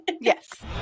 Yes